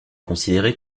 considéré